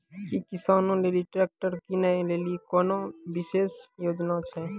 कि किसानो लेली ट्रैक्टर किनै लेली कोनो विशेष योजना छै?